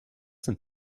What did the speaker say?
sind